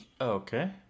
Okay